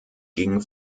gegen